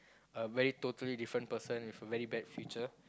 a very totally different person with a very bad future